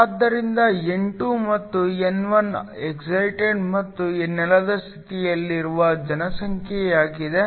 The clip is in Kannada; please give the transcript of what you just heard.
ಆದ್ದರಿಂದ N2 ಮತ್ತು N1 ಎಕ್ಸೈಟೆಡ್ ಮತ್ತು ನೆಲದ ಸ್ಥಿತಿಯಲ್ಲಿರುವ ಜನಸಂಖ್ಯೆಯಾಗಿದೆ